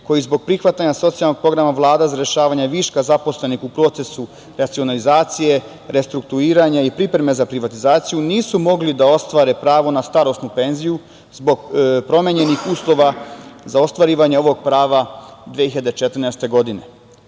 koji zbog prihvatanja socijalnog programa Vlade za rešavanje viška zaposlenih u procesu racionalizacije, restrukturiranja i pripreme za privatizaciju nisu mogli da ostvare pravo na starosnu penziju zbog promenjenih uslova za ostvarivanje ovog prava 2014.